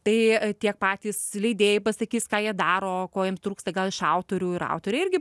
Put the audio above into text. tai tiek patys leidėjai pasakys ką jie daro ko jiem trūksta gal iš autorių ir autoriai irgi